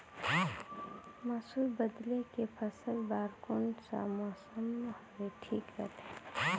मसुर बदले के फसल बार कोन सा मौसम हवे ठीक रथे?